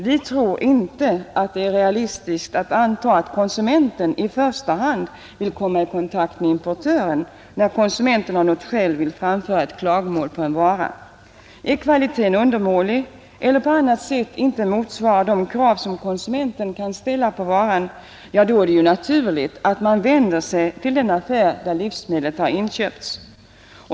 Vi tror inte att det är realistiskt att anta att konsumenten i första hand vill komma i kontakt med importören när konsumenten av något skäl vill framföra ett klagomål på en vara. Om kvaliteten är undermålig eller varan på annat sätt inte motsvarar de krav som konsumenten kan ställa på varan, är det naturligt att han vänder sig till den affär där livsmedlet har inköpts.